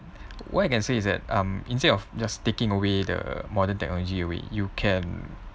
what I can say it's that um instead of just taking away the modern technology where you can